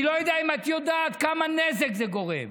אני לא יודע אם את יודעת כמה נזק זה גורם.